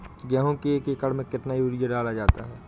गेहूँ के एक एकड़ में कितना यूरिया डाला जाता है?